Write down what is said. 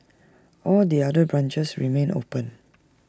all the other branches remain open